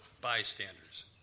bystanders